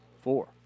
Four